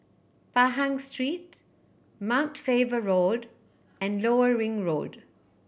Pahang Street Mount Faber Road and Lower Ring Road